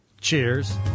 Cheers